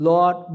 Lord